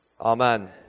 amen